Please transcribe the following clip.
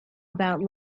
about